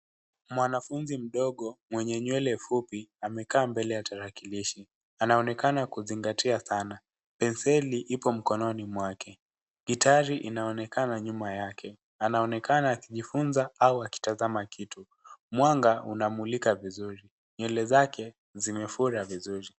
Mwanafunzi mdogo, mwenye nywele fupi, amekaa mbele ya tarakilishi. Anaonekana kuzingatia sana. Penseli ipo mkononi mwake. Gitari inaonekana nyuma yake. Anaonekana akijifunza au akitazama kitu. Mwanga unamulika vizuri, nywele zake zimefura vizuri.